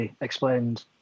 explained